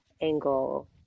angle